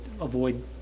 avoid